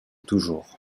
toujours